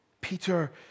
Peter